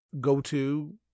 go-to